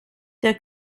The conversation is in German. der